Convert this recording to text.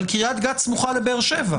אבל קריית גת סמוכה לבאר שבע,